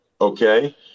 okay